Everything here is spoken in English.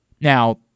Now